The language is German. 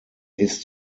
ist